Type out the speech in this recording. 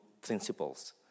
principles